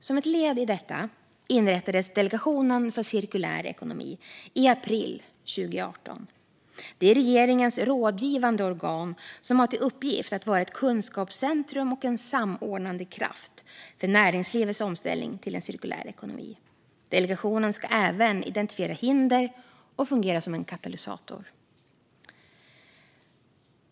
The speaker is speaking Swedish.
Som ett led i detta inrättades Delegationen för cirkulär ekonomi i april 2018. Detta är regeringens rådgivande organ, som har till uppgift att vara ett kunskapscentrum och en samordnande kraft för näringslivets omställning till en cirkulär ekonomi. Delegationen ska även identifiera hinder och fungera som en katalysator.